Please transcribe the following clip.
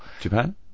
Japan